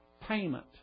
payment